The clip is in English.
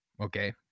okay